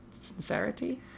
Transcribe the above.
sincerity